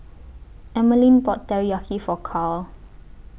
Emeline bought Teriyaki For Carl